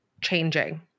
changing